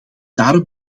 daaruit